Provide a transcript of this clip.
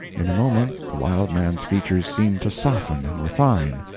in a moment the wild man's features seemed to soften and refine,